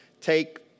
Take